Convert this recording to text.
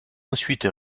ensuite